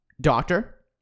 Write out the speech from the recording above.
doctor